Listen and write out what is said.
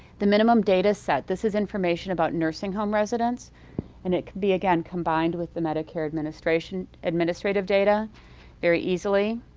the minimum data set. this is information about nursing home residents and it could be, again, combined with the medicare administration administrative data very easily.